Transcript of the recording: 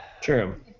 True